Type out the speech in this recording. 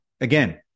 again